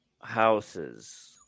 houses